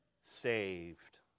saved